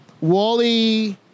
Wally